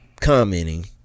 commenting